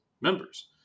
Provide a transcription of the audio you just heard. members